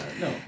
no